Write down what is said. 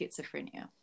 schizophrenia